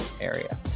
area